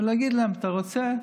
ולהגיד להם: אתה רוצה?